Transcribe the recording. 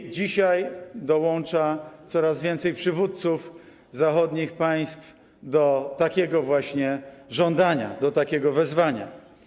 I dzisiaj dołącza coraz więcej przywódców zachodnich państw do takiego właśnie żądania, do takiego wezwania.